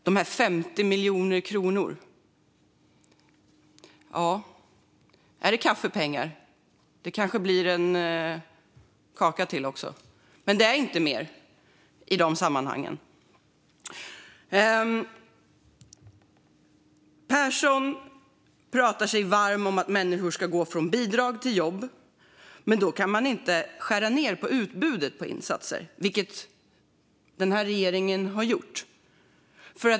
Dessa 50 miljoner kronor, är det kaffepengar? Det kanske blir en kaka till också. Men mer är det inte, i dessa sammanhang. Pehrson talar sig varm för att människor ska gå från bidrag till jobb. Men då kan man inte skära ned på utbudet av insatser, vilket den här regeringen har gjort.